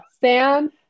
Sam